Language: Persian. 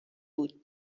بود